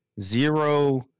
Zero